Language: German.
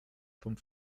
vom